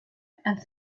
and